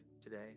today